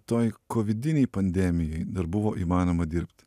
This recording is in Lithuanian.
toj kovidinėj pandemijoj dar buvo įmanoma dirbt